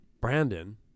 Brandon